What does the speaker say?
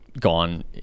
gone